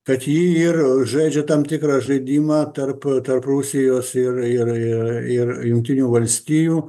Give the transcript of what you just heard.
kad ji ir žaidžia tam tikrą žaidimą tarp tarp rusijos ir jungtinių valstijų